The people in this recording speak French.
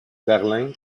berlin